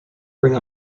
bring